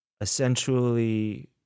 essentially